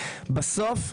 בסוף,